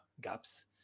gaps